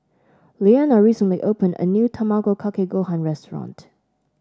Leanna recently opened a new Tamago Kake Gohan restaurant